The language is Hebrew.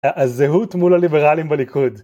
הזהות מול הליברלים בליכוד